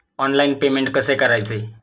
Online payment कसे करायचे?